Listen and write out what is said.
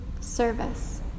service